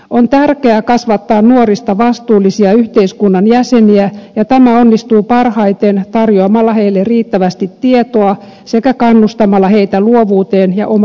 on tärkeää kasvattaa nuorista vastuullisia yhteiskunnan jäseniä ja tämä onnistuu parhaiten tarjoamalla heille riittävästi tietoa sekä kannustamalla heitä luovuuteen ja oma aloitteisuuteen